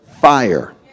fire